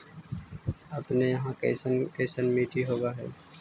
अपने यहाँ कैसन कैसन मिट्टी होब है?